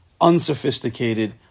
unsophisticated